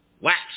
Wax